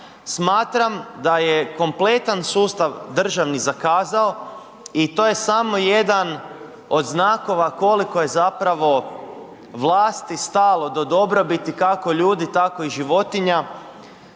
Smatram da je kompletan sustav državni zakazao i to je samo jedan od znakova koliko je vlasti stalo do dobrobiti, kako ljudi, tako i životinja